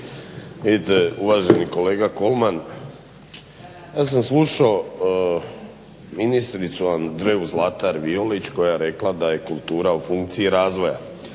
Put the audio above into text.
uvaženi kolega Kolman, ja sam slušao ministricu Andreju Zlatar Violić koja je reka da je kultura u funkciji razvoja.